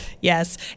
Yes